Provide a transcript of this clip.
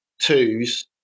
twos